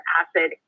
acid